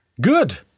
Good